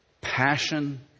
passion